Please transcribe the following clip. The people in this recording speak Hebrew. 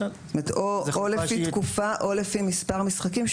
זאת אומרת, או לפי תקופה או לפי מספר משחקים.